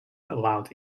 allowed